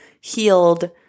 healed